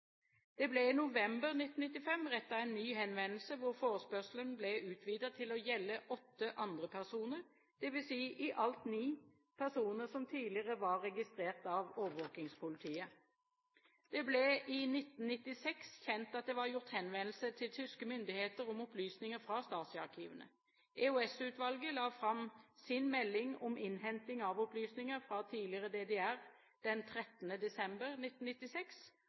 Det ble i november 1995 rettet en ny henvendelse hvor forespørselen ble utvidet til å gjelde åtte andre personer, dvs. i alt ni personer som tidligere var registrert av overvåkingspolitiet. Det ble i 1996 kjent at det var gjort henvendelse til tyske myndigheter om opplysninger fra Stasi-arkivene. EOS-utvalget la fram sin melding om innhenting av opplysninger fra tidligere DDR den 13. desember 1996.